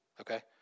okay